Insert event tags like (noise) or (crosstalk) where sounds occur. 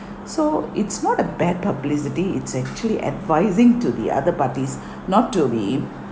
so it's not a bad publicity it's actually advising to the other parties (breath) not to be in